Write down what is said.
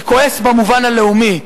אני כועס במובן הלאומי,